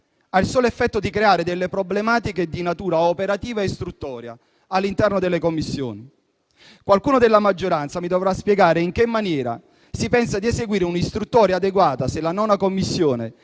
il solo effetto di creare delle problematiche di natura operativa e istruttoria all'interno delle Commissioni. Qualcuno della maggioranza mi dovrà spiegare in che maniera si pensa di eseguire un'istruttoria adeguata se la 9a Commissione,